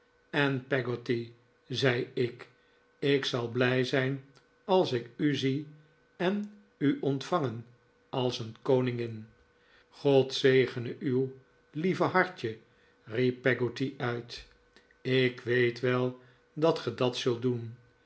en peggotty zei ik ik zal blij zijn als ik u zi e en u ontvangen als een koningin god zegene uw lieve hartje riep peggotty uit ik weet wel dat ge dat zult doen